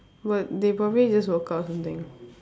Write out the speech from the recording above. but they probably just woke up or something